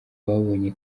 babonye